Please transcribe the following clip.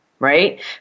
Right